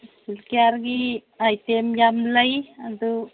ꯏꯁꯀꯤꯟ ꯀꯤꯌꯥꯔꯒꯤ ꯑꯥꯏꯇꯦꯝ ꯌꯥꯝ ꯂꯩ ꯑꯗꯨ